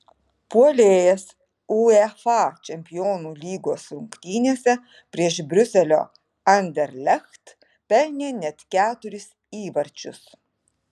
puolėjas uefa čempionų lygos rungtynėse prieš briuselio anderlecht pelnė net keturis įvarčius